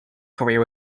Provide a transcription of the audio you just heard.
career